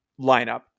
lineup